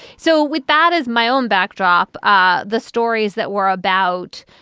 so with that as my own backdrop, ah the stories that we're about,